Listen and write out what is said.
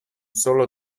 solo